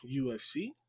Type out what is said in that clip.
UFC